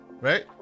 right